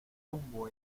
rumbo